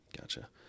Gotcha